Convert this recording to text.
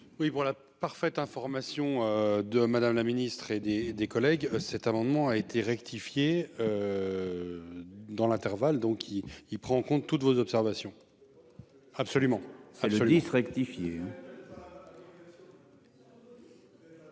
Oui voilà. Parfaite information de madame la ministre et des, des collègues. Cet amendement a été rectifiée. Dans l'intervalle, donc il il prend en compte toutes vos observations. Absolument, à la police rectifié.